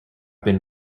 been